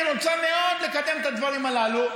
היא רוצה מאוד לקדם את הדברים הללו.